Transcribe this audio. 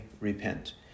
repent